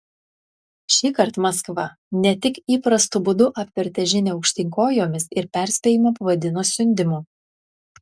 šįkart maskva ne tik įprastu būdu apvertė žinią aukštyn kojomis ir perspėjimą pavadino siundymu